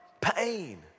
Pain